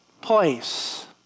place